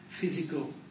physical